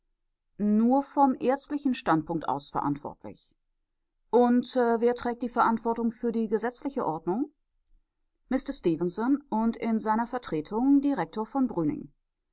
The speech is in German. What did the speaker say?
nur vom ärztlichen standpunkt aus verantwortlich und wer trägt die verantwortung für die gesetzliche ordnung mister stefenson und in seiner vertretung direktor von